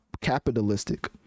capitalistic